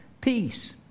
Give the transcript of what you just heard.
peace